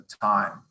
time